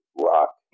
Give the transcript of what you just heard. rock